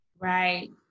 Right